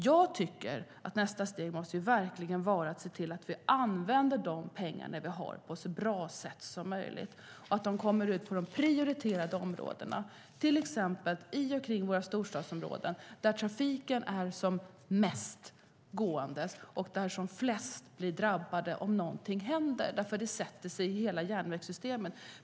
Jag tycker verkligen att nästa steg måste vara att vi använder de pengar vi har på ett så bra sätt som möjligt. De ska komma ut på de prioriterade områdena, till exempel i och kring våra storstadsområden där trafiken går som mest och där flest blir drabbade om någonting händer, eftersom det sätter sig i hela järnvägssystemet.